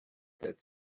that